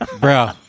bro